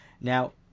Now